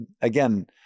again